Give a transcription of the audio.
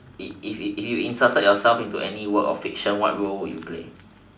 if if if you inserted yourself into any work of fiction what role would you play